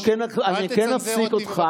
אני כן אפסיק אותך.